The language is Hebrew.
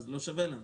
אז לא שווה לנו.